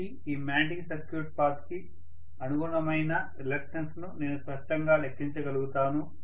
కాబట్టి ఈ magnetic circuit path కి అనుగుణమైన రిలక్టన్స్ ను నేను స్పష్టంగా లెక్కించగలుగుతాను